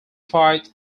fight